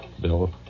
Bill